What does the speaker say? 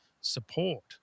support